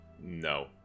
No